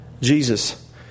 Jesus